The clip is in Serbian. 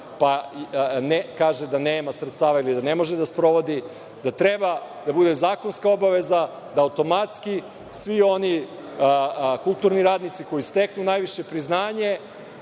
pa kaže da nema sredstava ili da ne može da sprovodi. Da treba da bude zakonska obaveza, da automatski svi oni kulturni radnici koji steknu najviše priznanje,